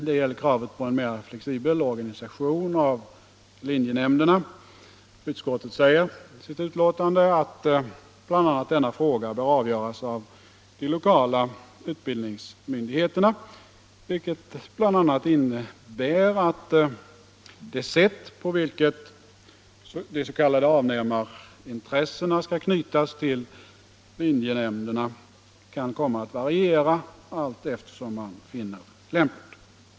Det gäller kravet på en mer flexibel organisation av linjenämnderna. Utskottet säger i sitt betänkande att denna fråga bör avgöras av de lokala utbildningsmyndigheterna, vilket bl.a. innebär att det sätt på vilket de s.k. avnämarintressena skall knytas till linjenämnderna kan komma att variera allteftersom man finner lämpligt.